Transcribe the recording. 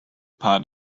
part